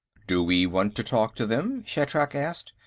do we want to talk to them? shatrak asked.